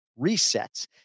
resets